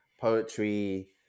poetry